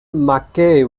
mackaye